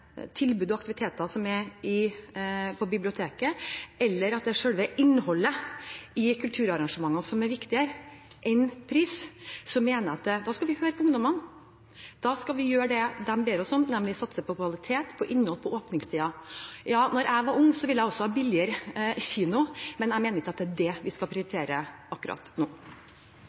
tilbud og aktiviteter som er på biblioteket, eller at det er selve innholdet i kulturarrangementene som er viktigere enn pris, mener jeg at da skal vi høre på ungdommene, da skal vi gjøre det de ber oss om, nemlig satse på kvalitet, på innhold, på åpningstider. Da jeg var ung, ville også jeg ha billigere kino, men jeg mener ikke at det er det vi skal prioritere akkurat nå.